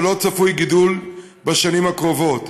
ולא צפוי גידול בשנים הקרובות.